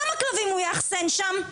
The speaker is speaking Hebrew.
כמה כלבים הוא יאכסן שם?